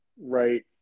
right